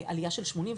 עלייה של 81%,